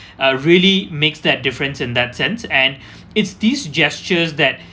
are really makes that difference in that sense and it's these gestures that